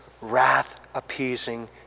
wrath-appeasing